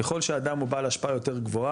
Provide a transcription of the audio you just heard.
ככל שאדם הוא בעל השפעה יותר גבוהה,